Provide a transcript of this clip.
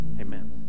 amen